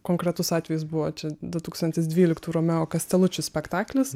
konkretus atvejis buvo čia du tūkstantis dvyliktų romeo kasteluči spektaklis